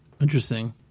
Interesting